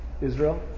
Israel